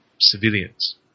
civilians